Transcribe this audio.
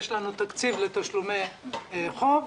יש לנו תקציב לתשלומי חוב,